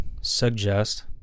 suggest